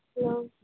सांग